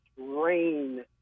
rain